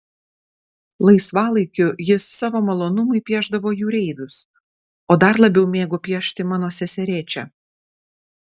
laisvalaikiu jis savo malonumui piešdavo jūreivius o dar labiau mėgo piešti mano seserėčią